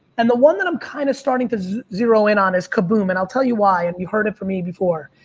and the one that i'm kind of starting to zero in on is kaboom. and i'll tell you why. and you've heard it from me before.